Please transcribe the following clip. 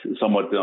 Somewhat